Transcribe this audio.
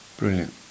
brilliant